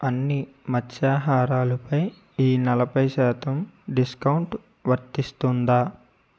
అన్ని మత్స్యాహారాలపై ఈ నలభై శాతం డిస్కౌంట్ వర్తిస్తుందా